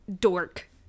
dork